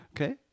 Okay